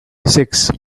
six